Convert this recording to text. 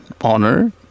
honor